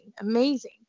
amazing